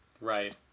Right